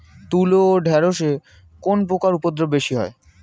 তুলো ও ঢেঁড়সে কোন পোকার উপদ্রব বেশি হয়?